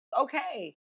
okay